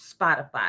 Spotify